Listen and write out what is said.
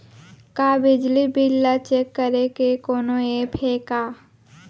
का बिजली बिल ल चेक करे के कोनो ऐप्प हे का?